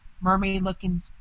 mermaid-looking